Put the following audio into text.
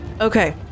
Okay